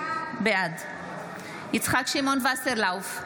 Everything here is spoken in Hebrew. בעד יצחק שמעון וסרלאוף,